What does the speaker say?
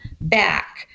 back